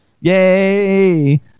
Yay